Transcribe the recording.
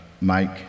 Mike